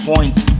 Points